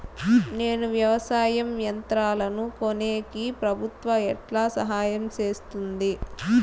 నేను వ్యవసాయం యంత్రాలను కొనేకి ప్రభుత్వ ఎట్లా సహాయం చేస్తుంది?